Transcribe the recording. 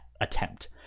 attempt